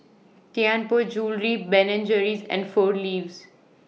Tianpo Jewellery Ben and Jerry's and four Leaves